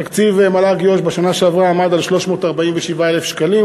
תקציב מל"ג יו"ש בשנה שעברה עמד על 347,000 שקלים,